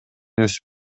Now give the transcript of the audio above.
өсүп